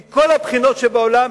מכל הבחינות שבעולם,